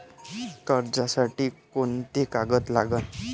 कर्जसाठी कोंते कागद लागन?